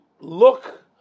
look